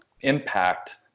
impact